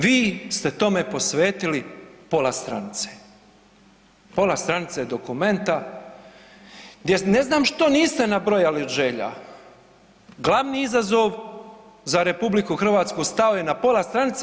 Vi ste tome posvetili pola stranice, pola stranice dokumenta gdje ne znam što niste nabrojali od želja, glavni izazov za RH stao je na pola stranice.